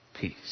Peace